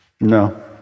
No